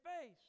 face